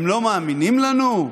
הם לא מאמינים לנו?